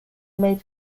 made